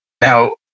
Now